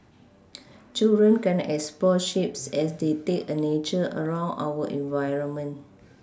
children can explore shapes as they take a nature around our environment